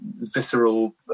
visceral